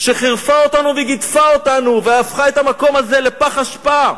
שחירפה אותנו וגידפה אותנו והפכה את המקום הזה לפח אשפה,